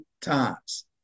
times